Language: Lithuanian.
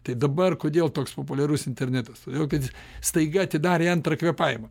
tai dabar kodėl toks populiarus internetas todėl kad staiga atidarė antrą kvėpavimą